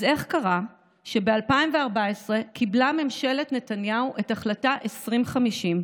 אז איך קרה שב-2014 קיבלה ממשלת נתניהו את החלטה 2050,